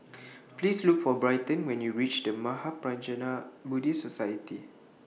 Please Look For Bryton when YOU REACH The Mahaprajna Buddhist Society